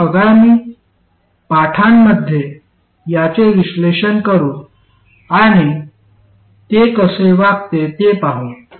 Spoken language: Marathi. आपण आगामी पाठांमध्ये याचे विश्लेषण करू आणि ते कसे वागते ते पाहू